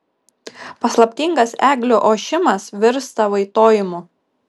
paslaptingas eglių ošimas virsta vaitojimu